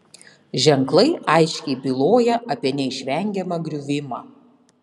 ženklai aiškiai byloja apie neišvengiamą griuvimą